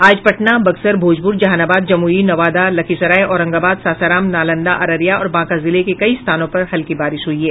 आज पटना बक्सर भोजपुर जहानाबाद जमुई नवादा लखीसराय औरंगाबाद सासाराम नालंदा अररिया और बांका जिले के कई स्थानों पर हल्की बारिश हुई है